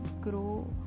grow